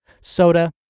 soda